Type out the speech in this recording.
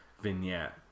vignette